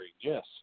Yes